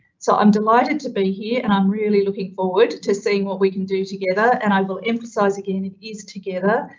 so i'm delighted to be here and i'm really looking forward to seeing what we can do together and i will emphasize again it is together,